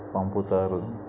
పంపుతారు